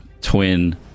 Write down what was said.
twin